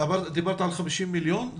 דיברת על 50 מיליון?